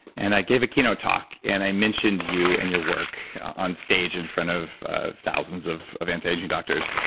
and i gave a keynote talk and i mentioned you and your work on stage in front of ah thousands of of antiaging doctors.